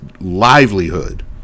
livelihood